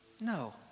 No